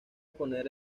poner